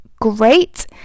great